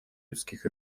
людских